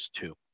two